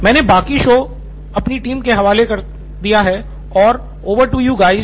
मैं बाकी शो अपनी टीम के हवाले करता हूँ ओवर टू यू गाइस